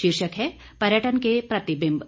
शीर्षक है पर्यटन के प्रतिबिंब